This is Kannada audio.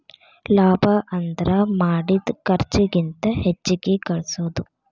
ಲಾಭ ಅಂದ್ರ ಮಾಡಿದ್ ಖರ್ಚಿಗಿಂತ ಹೆಚ್ಚಿಗಿ ಗಳಸೋದು